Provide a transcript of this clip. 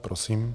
Prosím.